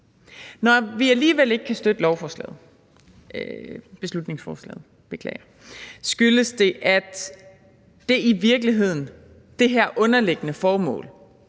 Når vi alligevel ikke kan støtte beslutningsforslaget, skyldes det, at det her underliggende formål,